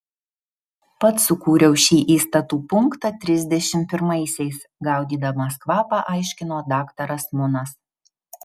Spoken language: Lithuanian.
pats sukūriau šį įstatų punktą trisdešimt pirmaisiais gaudydamas kvapą aiškino daktaras munas